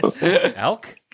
elk